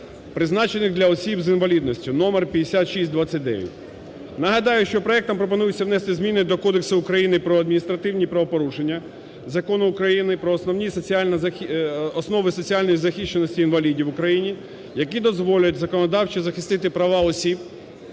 призначених для осіб з інвалідністю (номер 5629). Нагадаю, що проектом пропонується внести зміни до Кодексу України про адміністративні правопорушення Закону України про основи соціальної захищеності інвалідів в Україні, які дозволять законодавчо захистити права осіб